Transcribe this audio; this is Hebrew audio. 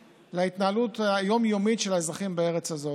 להתנהלות היום-יומית של האזרחים בארץ הזאת.